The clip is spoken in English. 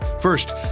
First